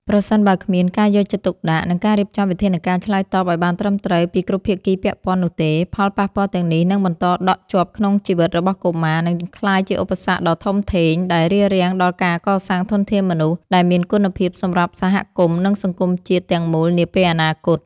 ប្រសិនបើគ្មានការយកចិត្តទុកដាក់ និងការរៀបចំវិធានការឆ្លើយតបឱ្យបានត្រឹមត្រូវពីគ្រប់ភាគីពាក់ព័ន្ធនោះទេ ផលប៉ះពាល់ទាំងនេះនឹងបន្តដក់ជាប់ក្នុងជីវិតរបស់កុមារ និងក្លាយជាឧបសគ្គដ៏ធំធេងដែលរារាំងដល់ការកសាងធនធានមនុស្សដែលមានគុណភាពសម្រាប់សហគមន៍ និងសង្គមជាតិទាំងមូលនាពេលអនាគត។